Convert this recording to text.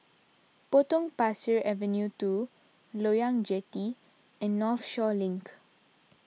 Potong Pasir Avenue two Loyang Jetty and Northshore Link